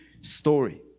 story